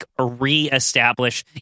re-establish